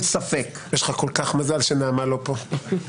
יש לך כל כך מזל שנעמה לא פה.